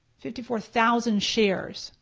fifty four thousand shares.